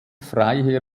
freiherr